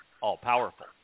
all-powerful